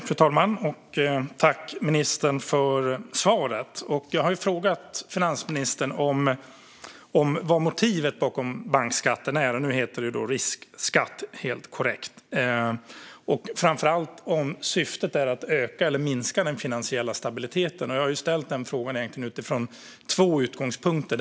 Fru talman! Tack, ministern, för svaret! Jag har frågat finansministern vad motivet till bankskatten är - nu heter det riskskatt, helt korrekt - och framför allt om syftet är att öka eller minska den finansiella stabiliteten. Jag har ställt den frågan utifrån två utgångspunkter.